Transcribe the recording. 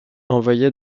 envoyée